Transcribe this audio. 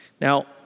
Now